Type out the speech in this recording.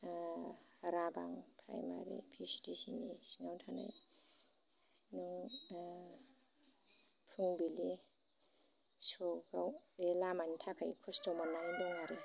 राबां primary भिसिडिसिनि सिङाव थानाय फुंबिलि सखआव बे लामानि थाखाय खस्थ' मोननाय दं आरो